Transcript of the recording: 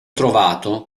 trovato